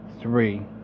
three